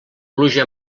pluja